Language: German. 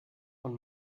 von